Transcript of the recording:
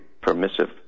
permissive